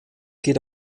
geht